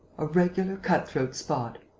a regular cut-throat spot!